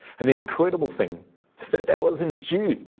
and the incredible thing is that there wasn't june.